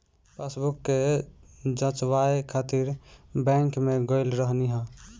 passbook के जचवाए खातिर बैंक में गईल रहनी हअ